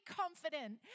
confident